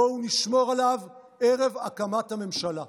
בואו נשמור עליו ערב הקמת הממשלה.